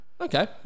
Okay